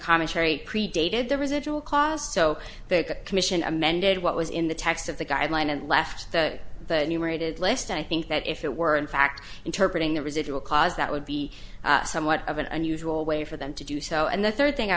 commentary predated the residual clause so that the commission amended what was in the text of the guideline and left the numerated list i think that if it weren't fact interpret in the residual cause that would be somewhat of an unusual way for them to do so and the third thing i